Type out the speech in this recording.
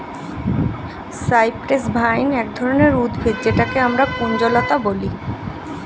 cypress vine এক ধরনের উদ্ভিদ যেটাকে আমরা কুঞ্জলতা বলি